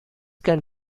can